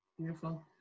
Beautiful